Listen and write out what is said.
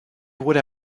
would